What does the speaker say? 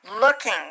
looking